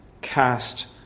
cast